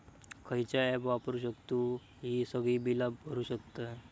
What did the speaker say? खयचा ऍप वापरू शकतू ही सगळी बीला भरु शकतय?